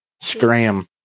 scram